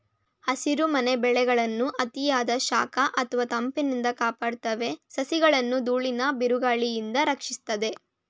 ಹಸಿರುಮನೆ ಬೆಳೆಗಳನ್ನು ಅತಿಯಾದ ಶಾಖ ಅಥವಾ ತಂಪಿನಿಂದ ಕಾಪಾಡ್ತವೆ ಸಸಿಗಳನ್ನು ದೂಳಿನ ಬಿರುಗಾಳಿಯಿಂದ ರಕ್ಷಿಸ್ತದೆ